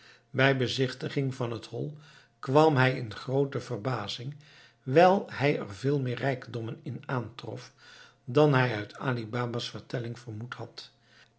bij bezichtiging van het hol kwam hij in groote verbazing wijl hij er veel meer rijkdommen in aantrof dan hij uit ali baba's vertelling vermoed had